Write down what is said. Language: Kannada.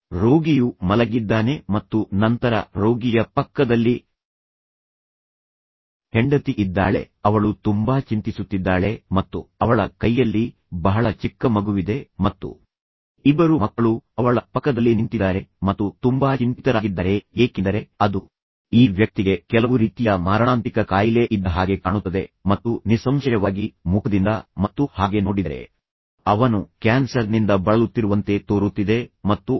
ರೋಗಿಯು ಮಲಗಿದ್ದಾನೆ ಮತ್ತು ನಂತರ ರೋಗಿಯ ಪಕ್ಕದಲ್ಲಿ ಹೆಂಡತಿ ಇದ್ದಾಳೆ ಅವಳು ತುಂಬಾ ಚಿಂತಿಸುತ್ತಿದ್ದಾಳೆ ಮತ್ತು ನಂತರ ಅವಳ ಕೈಯಲ್ಲಿ ಬಹಳ ಚಿಕ್ಕ ಮಗುವಿದೆ ಮತ್ತು ನಂತರ ಇಬ್ಬರು ಮಕ್ಕಳು ಅವಳ ಪಕ್ಕದಲ್ಲಿ ನಿಂತಿದ್ದಾರೆ ಮತ್ತು ನಂತರ ಅವರು ತುಂಬಾ ಚಿಂತಿತರಾಗಿದ್ದಾರೆ ಏಕೆಂದರೆ ಅದು ಈ ವ್ಯಕ್ತಿಗೆ ಕೆಲವು ರೀತಿಯ ಮಾರಣಾಂತಿಕ ಕಾಯಿಲೆ ಇದ್ದ ಹಾಗೆ ಕಾಣುತ್ತದೆ ಮತ್ತು ನಿಸ್ಸಂಶಯವಾಗಿ ಮುಖದಿಂದ ಮತ್ತು ಹಾಗೆ ನೋಡಿದರೆ ಅವನು ಕ್ಯಾನ್ಸರ್ನಿಂದ ಬಳಲುತ್ತಿರುವಂತೆ ತೋರುತ್ತಿದೆ ಮತ್ತು ನಂತರ ಅವನು ಐ